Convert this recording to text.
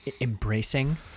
embracing